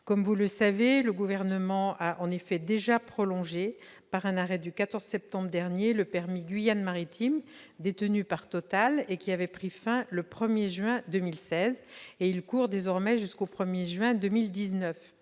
Comme vous le savez, le Gouvernement a déjà prolongé, par un arrêté du 14 septembre dernier, le permis « Guyane Maritime » détenu par Total, qui avait pris fin le 1 juin 2016 ; il court désormais jusqu'au 1 juin 2019.